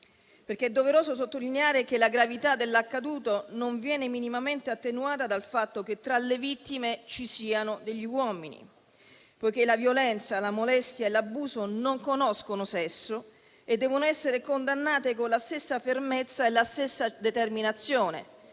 È doveroso sottolineare che la gravità dell'accaduto non viene minimamente attenuata dal fatto che tra le vittime ci siano degli uomini, poiché la violenza, la molestia e l'abuso non conoscono sesso e devono essere condannate con la stessa fermezza e la stessa determinazione